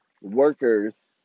Workers